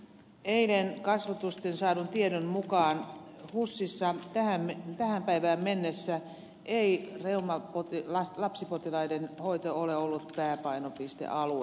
eilen kasvotusten saadun tiedon mukaan husissa tähän päivään mennessä ei reumalapsipotilaiden hoito ole ollut pääpainopistealue